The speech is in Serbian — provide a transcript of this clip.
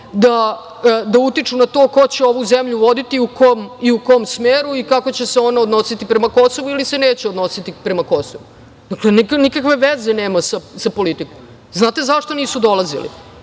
da utiču na to ko će ovu zemlju voditi i u kom smeru i kako će se ona odnositi prema Kosovu ili se neće odnositi prema Kosovu. Nikakve veze nema sa politikom. Znate zašto nisu dolazili?